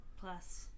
plus